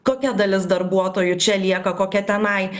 kokia dalis darbuotojų čia lieka kokia tenai